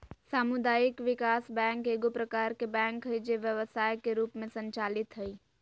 सामुदायिक विकास बैंक एगो प्रकार के बैंक हइ जे व्यवसाय के रूप में संचालित हइ